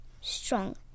strong